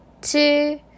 two